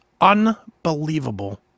unbelievable